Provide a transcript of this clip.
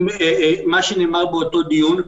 מה שנאמר באותו דיון.